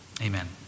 Amen